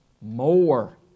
more